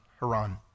Haran